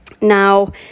Now